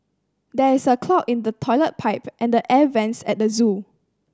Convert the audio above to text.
there is a clog in the toilet pipe and the air vents at the zoo